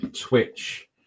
Twitch